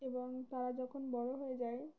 এবং তারা যখন বড়ো হয়ে যায়